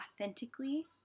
authentically